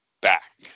back